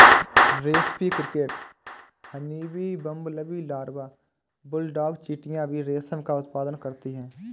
रेस्पी cricket, honeybee, bumblebee larva, bulldog चींटियां भी रेशम का उत्पादन करती हैं